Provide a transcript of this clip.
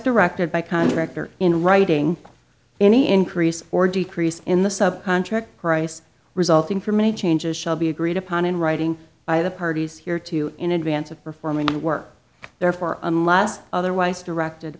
directed by contractor in writing any increase or decrease in the subcontract price resulting from any changes shall be agreed upon in writing by the parties here too in advance of performing the work therefore unless otherwise directed